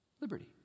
liberty